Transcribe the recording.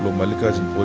mallikarjun,